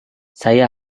saya